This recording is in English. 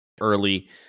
early